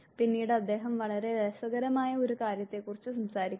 പിന്നീട് അദ്ദേഹം വളരെ രസകരമായ ഒരു കാര്യത്തെക്കുറിച്ച് സംസാരിക്കുന്നു